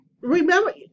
Remember